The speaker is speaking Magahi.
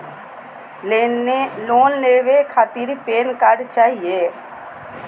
लोन लेवे खातीर पेन कार्ड चाहियो?